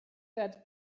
that